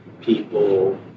people